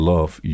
Love